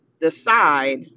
decide